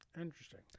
Interesting